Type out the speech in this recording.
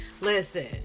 Listen